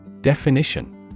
Definition